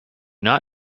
not